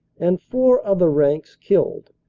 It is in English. and four other ranks killed,